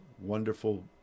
wonderful